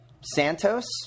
Santos